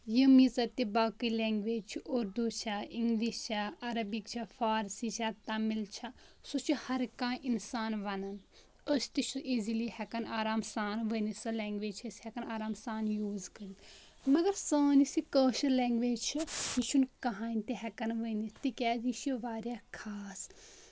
یِم یٖژہ تہِ باقٕے لیٚنٛگویٚجز چھِ اردوٗ چھےٚ اِنٛگلِش چھےٚ عربِک چھےٚ فرسی چھےٚ تَمِل چھےٚ سُہ چھُ ہر کانٛہہ اِنسان وَنان أسۍ تہِ چھ سُہ ایٖزلی ہٮ۪کان آرام سان ؤنِتھ سۄ لیٚنٛگویٚج چھِ أسۍ ہٮ۪کان آرام سان یوٗز کٔرِتھ مَگر سٲنۍ یۄس یہِ کٲشِر لیٚنٛگویٚج چھِ یہِ چھُ نہ کہینۍ تہِ ہٮ۪کان ؤنِتھ تِکیازِ یہِ چھ واریاہ خاص